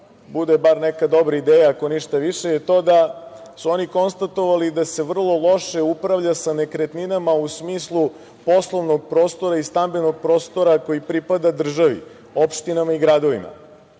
bude bar neka dobra ideja ako ništa više, je to da su oni konstatovali da se vrlo loše upravlja sa nekretninama u smislu poslovnog prostora i stambenog prostora koji pripada državi, opštinama i gradovima